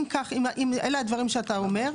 אם אלה הדברים שאתה אומר,